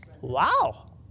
Wow